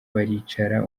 baricara